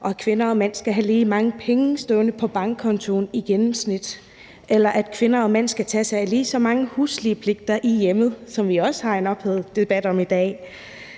og at kvinder og mænd skal have lige mange penge stående på bankkontoen i gennemsnit, eller at kvinder og mænd skal tage sig af lige mange huslige pligter i hjemmet, som vi også har en ophedet debat om i dag.